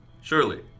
Surely